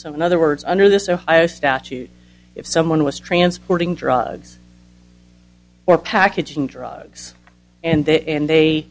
so in other words under this ohio statute if someone was transporting drugs or packaging drugs and they